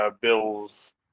bills